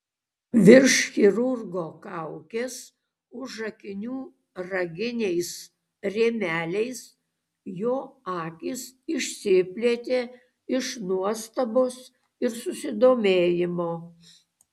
virš chirurgo kaukės už akinių raginiais rėmeliais jo akys išsiplėtė iš nuostabos ir susidomėjimo